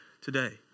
today